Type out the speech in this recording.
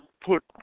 put